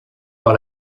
par